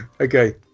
Okay